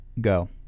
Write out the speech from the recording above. go